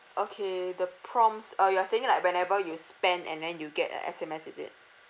okay the prompts uh you're saying like whenever you spend and then you get an S_M_S is it